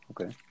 Okay